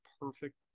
perfect